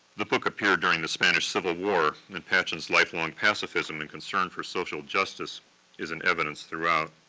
the book appeared during the spanish civil war, and and patchen's life-long pacifism and concern for social justice is in evidence throughout.